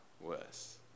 worse